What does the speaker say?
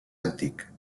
antic